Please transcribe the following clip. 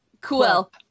Cool